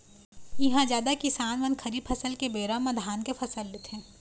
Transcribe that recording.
इहां जादा किसान मन खरीफ फसल के बेरा म धान के फसल लेथे